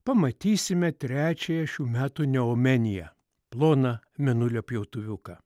pamatysime trečiąją šių metų neomeniją ploną mėnulio pjautuviuką